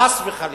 חס וחלילה,